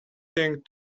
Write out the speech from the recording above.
thing